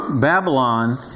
Babylon